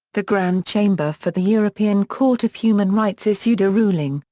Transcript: the grand chamber for the european court of human rights issued a ruling,